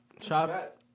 Chop